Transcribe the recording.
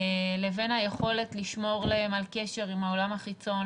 לבין היכולת לשמור להם על קשר עם העולם החיצון,